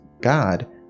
God